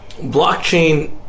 blockchain